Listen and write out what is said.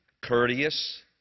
courteous